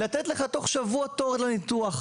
לתת לך תוך שבוע תור לניתוח.